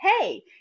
hey